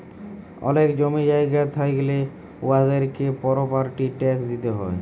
অলেক জমি জায়গা থ্যাইকলে উয়াদেরকে পরপার্টি ট্যাক্স দিতে হ্যয়